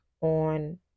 on